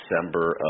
December